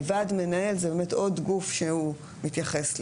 ועד מנהל זה באמת עוד גוף שהוא מתייחס למדיניות,